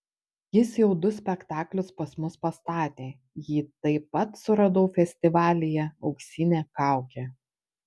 jis jau du spektaklius pas mus pastatė jį taip pat suradau festivalyje auksinė kaukė